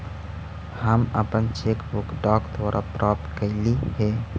हम अपन cheque book डाक द्वारा प्राप्त कईली हे